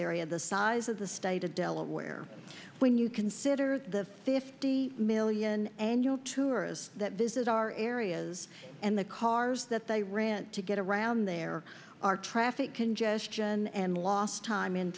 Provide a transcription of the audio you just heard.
area the size of the state of delaware when you consider the fifty million annual tourists that visit our areas and the cars that they rent to get around there are traffic congestion and lost time in